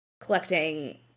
collecting